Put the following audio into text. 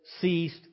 ceased